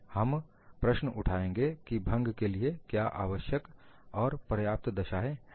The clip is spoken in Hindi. और हम प्रश्न उठाएंगे की भंग के लिए क्या आवश्यक और पर्याप्त दशाएं हैं